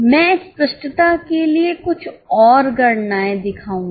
मैं स्पष्टता के लिए कुछ और गणनाएं दिखाऊंगा